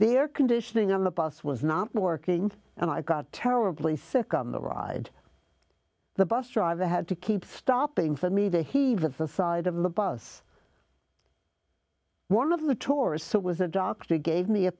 the air conditioning on the bus was not working and i got terribly sick on the ride the bus driver had to keep stopping for me to heave the side of the bus one of the tourists who was a doctor gave me a